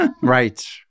Right